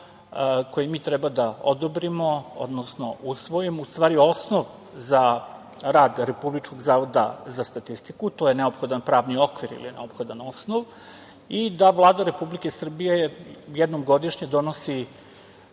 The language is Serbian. koji mi treba da odobrimo, odnosno usvojimo u stvari osnov za rad Republičkog zavoda za statistiku. To je neophodan pravni okvir ili neophodan osnov i da Vlada Republike Srbije jednom godišnje donosi